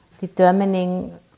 Determining